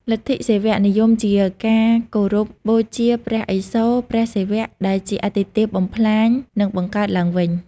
លទ្ធិសិវនិយមជាការគោរពបូជាព្រះឥសូរ (ព្រះសិវៈ) ដែលជាអាទិទេពបំផ្លាញ និងបង្កើតឡើងវិញ។